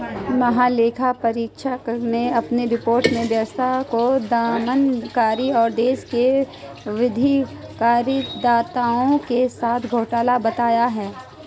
महालेखा परीक्षक ने अपनी रिपोर्ट में व्यवस्था को दमनकारी और देश के वैध करदाताओं के साथ घोटाला बताया है